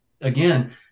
again